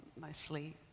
mostly